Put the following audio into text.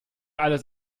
alles